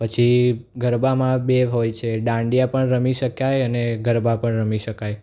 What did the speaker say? પછી ગરબામાં બે હોય છે દાંડિયા પણ રમી શકાય અને ગરબા પણ રમી શકાય